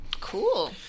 Cool